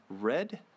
Red